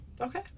Okay